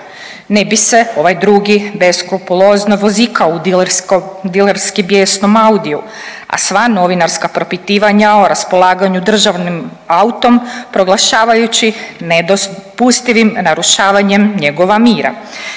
Ne bi se ovaj drugi besskrupulozno vozikao u dilerski bijesnom audiu, a sva novinarska propitivanja o raspolaganju državnim autom proglašavajući nedopustivim narušavanjem njegova mira.